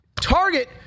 Target